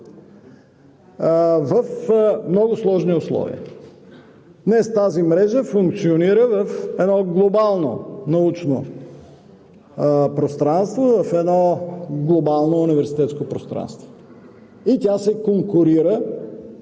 в много сложни условия. Днес тази мрежа функционира в едно глобално научно пространство, в едно глобално университетско пространство. И тя се конкурира